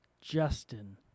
Justin